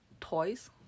toys